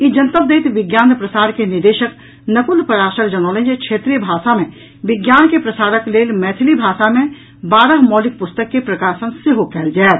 ई जनतब दैत विज्ञान प्रसार के निदेशक नकुल पराशर जनौलनि जे क्षेत्रीय भाषा मे विज्ञान के प्रसारक लेल मैथिली भाषा मे बारह मौलिक पुस्तक के प्रकाशन सेहो कयल जायत